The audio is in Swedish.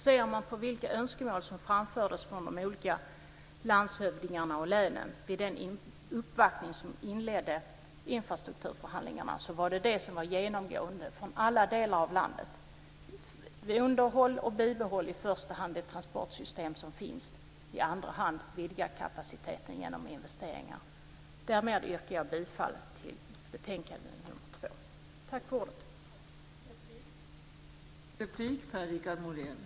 Ser man på vilka önskemål som framfördes från de olika landshövdingarna och länen i den uppvaktning som inledde infrastrukturförhandlingarna var det genomgående från alla delar av landet. Vi underhåller och bibehåller i första hand det transportsystem som finns, och i andra hand vidgar vi kapaciteten genom investeringar. Därmed yrkar jag bifall till utskottets förslag i betänkande TU:2.